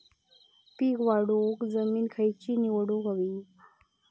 पीक वाढवूक जमीन खैची निवडुक हवी?